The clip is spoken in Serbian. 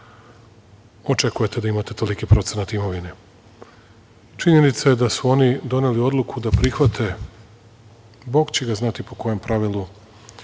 očekujete da imate toliki procenat imovine. Činjenica je da su oni doneli odluku da prihvate, Bog će ga znati po kojem pravilu,